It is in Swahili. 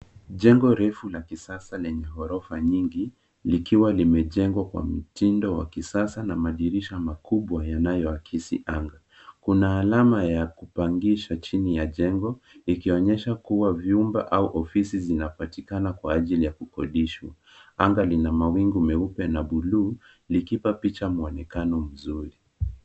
Jengo refu la kisasa lenye ghorofa nyingi likiwa limejengwa kwa mtindo wa kisasa na madirisha makubwa yanayoakisi anga. Kuna alama ya kupangisha chini ya jengo ikionyesha kuwa vyumba au ofisi zinapatikana kwa ajili ya kukodishwa. Anga lina mawingu meupe na buluu likipaa picha muonekano mzuri.